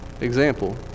Example